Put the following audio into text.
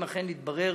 אם אכן יתברר